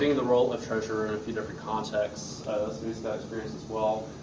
the role of treasurer in a few different contexts, so he's got experience as well.